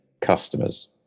customers